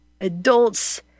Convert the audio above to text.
adults